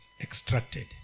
extracted